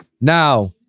now